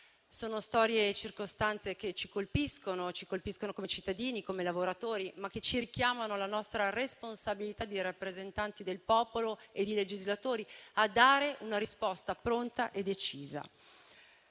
Sono storie e circostanze che ci colpiscono come cittadini e come lavoratori, ma che ci richiamano alla nostra responsabilità di rappresentanti del popolo e di legislatori a dare una risposta pronta e decisa.